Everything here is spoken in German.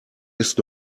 ist